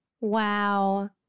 Wow